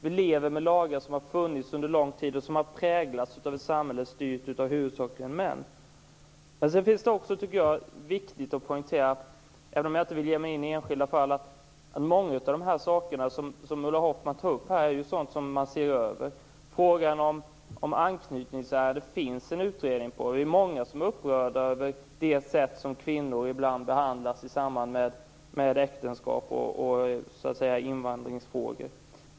Vi lever med lagar som har funnits under en lång tid och som har präglats av ett samhälle som huvudsakligen styrts av män. Det är också viktigt att poängtera att många av de saker som Ulla Hoffmann tar upp är sådant som ses över, även om jag inte vill ge mig in i enskilda fall. Det finns en utredning om frågan om anknytningsärenden. Vi är många som är upprörda över det sätt på vilket kvinnor ibland behandlas på i samband med äktenskaps och invandringsfrågor.